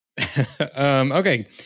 okay